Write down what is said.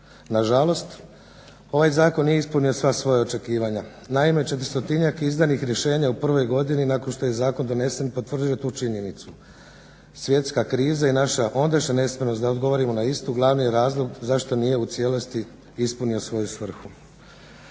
Nažalost, ovaj zakon nije ispunio sva svoja očekivanja, naime 400-tinjak izdanih rješenja u prvoj godini nakon što je zakon donesena potvrđuje tu činjenicu. Svjetska kriza i naša ondašnja nespremnost da odgovorimo na istu glavni je razlog zašto nije u cijelosti ispunio svoju svrhu.